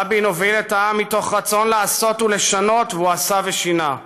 רבין הוביל את העם מתוך רצון לעשות ולשנות והוא עשה ושינה.